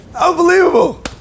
Unbelievable